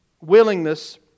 Willingness